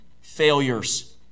failures